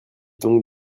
donc